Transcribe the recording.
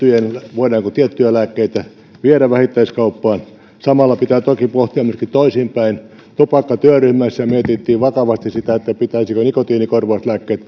voidaanko tiettyjä lääkkeitä viedä vähittäiskauppaan samalla pitää toki pohtia myöskin toisinpäin tupakkatyöryhmässä mietittiin vakavasti sitä pitäisikö nikotiinikorvauslääkkeet